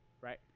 right